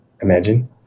imagine